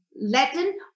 Latin